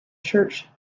church